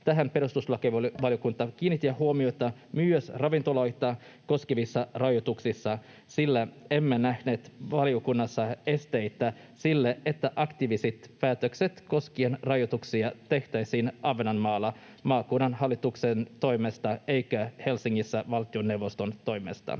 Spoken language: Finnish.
Tähän perustuslakivaliokunta kiinnitti huomiota myös ravintoloita koskevissa rajoituksissa, sillä emme nähneet valiokunnassa esteitä sille, että aktiiviset päätökset koskien rajoituksia tehtäisiin Ahvenanmaalla maakunnan hallituksen toimesta eikä Helsingissä valtioneuvoston toimesta.